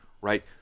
right